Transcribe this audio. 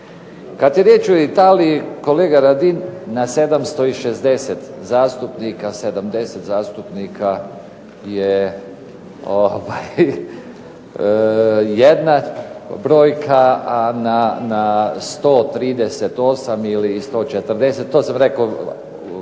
Kad je riječ o Italiji, kolega Radin, na 760 zastupnika 70 zastupnika je jedna brojka, a na 138 ili 140 to sam rekao vežući